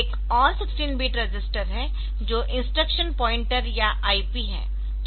एक और 16 bit register है जो इंस्टक्शन पॉइंटर या IP है